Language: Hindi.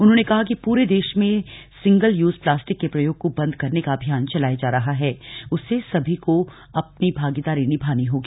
उन्होंने कहा कि पूरे देश से सिंगल यूज प्लास्टिक के प्रयोग को बन्द करने का अभियान चलाया जा रहा है उसमें सभी को अपनी भागीदारी निभानी होगी